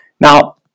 Now